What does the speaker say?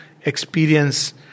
experience